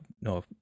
no